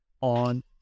on